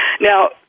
Now